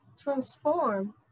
transform